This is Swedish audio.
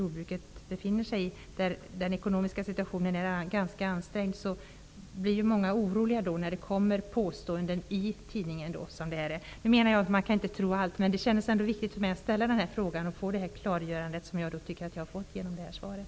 Jordbrukets ekonomiska situation är ganska ansträngd. Många blir då oroliga när det kommer påståenden i tidningen. Man kan inte tro allt. Det kändes dock viktigt för mig att ställa den här frågan och få det klargörande som jag har fått genom svaret.